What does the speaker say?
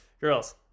girls